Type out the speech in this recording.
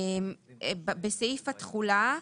בסעיף התחולה,